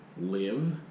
live